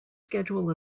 schedule